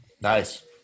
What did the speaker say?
Nice